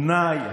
פנאי,